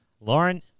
Lauren